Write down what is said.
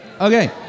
Okay